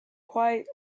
quite